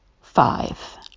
five